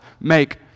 make